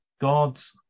God's